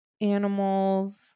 animals